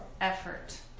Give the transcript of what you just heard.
effort